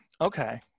okay